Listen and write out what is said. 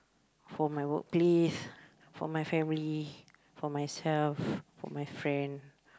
for my workplace for my family for myself for my friend